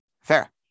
Fair